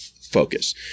focus